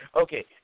Okay